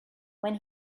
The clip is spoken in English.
when